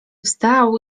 wstał